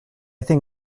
think